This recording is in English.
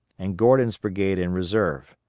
and gordon's brigade in reserve.